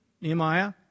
Nehemiah